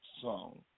song